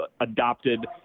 adopted